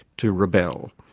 to rebel,